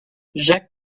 jacques